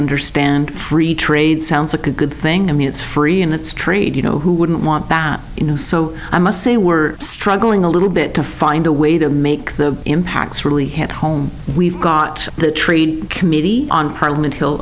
understand free trade sounds like a good thing i mean it's free and it's trade you know who wouldn't want that you know so i must say we're struggling a little bit to find a way to make the impacts really hit home we've got the trade committee on parliament h